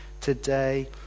today